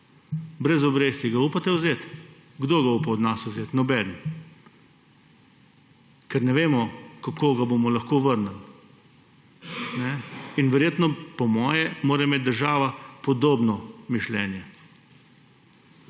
brez obresti, ga upate vzeti? Kdo ga upa od nas vzeti? Nobeden. Ker ne vemo, kako ga bomo lahko vrnili. In verjetno, po mojem, mora imeti država podobno mišljenje.